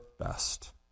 best